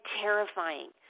terrifying